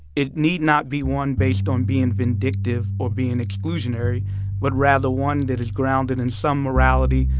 it need not be one based on being vindictive or being exclusionary but rather one that is grounded in some morality,